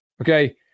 Okay